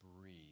breathe